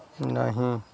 नहीं